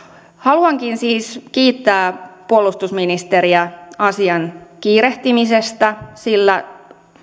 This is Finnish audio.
haluankin siis kiittää puolustusministeriä asian kiirehtimisestä sillä